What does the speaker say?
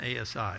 ASI